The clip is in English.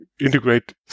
integrate